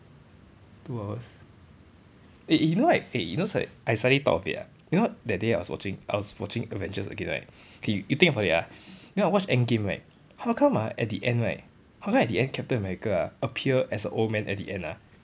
two hours eh you know right eh know it's like I suddenly thought of it ah you know that day I was watching I was watching avengers again right K you think about it ah then I watch endgame how come ah at the end right how come at the end captain america ah appear as a old man at the end ah